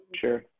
sure